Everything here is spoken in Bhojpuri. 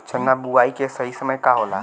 चना बुआई के सही समय का होला?